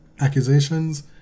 accusations